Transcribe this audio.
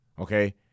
Okay